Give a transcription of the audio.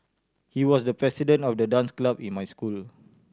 he was the president of the dance club in my school